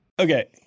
Okay